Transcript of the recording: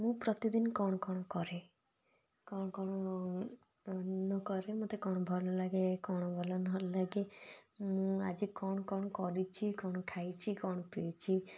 ମୁଁ ପ୍ରତିଦିନ କ'ଣ କ'ଣ କରେ କ'ଣ କ'ଣ ନକରେ ମୋତେ କ'ଣ ଭଲ ଲାଗେ କ'ଣ ଭଲ ନଲାଗେ ମୁଁ ଆଜି କ'ଣ କ'ଣ କରିଛି କ'ଣ ଖାଇଛି କ'ଣ ପିଇଛି